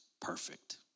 perfect